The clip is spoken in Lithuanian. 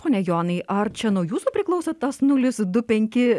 pone jonai ar čia naujus priklauso tas nulis du penki